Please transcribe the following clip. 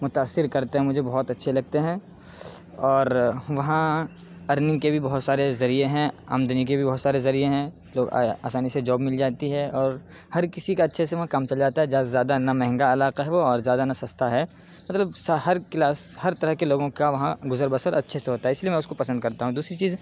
متأثر کرتے ہیں مجھے بہت اچھے لگتے ہیں اور وہاں ارننگ کے بھی بہت سارے ذریعے ہیں آمدنی کے بھی بہت سارے ذریعے ہیں لوگ آسانی سے جوب مل جاتی ہے اور ہر کسی کا اچھے سے وہاں کام چل جاتا ہے جادہ سے زیادہ نہ مہنگا علاقہ ہے وہ زیادہ نہ سستا ہے مطلب ہر کلاس ہر طرح کے لوگوں کا وہاں گزر بسر اچھے سے ہوتا ہے اس لیے میں اس کو پسند کرتا ہوں دوسری چیز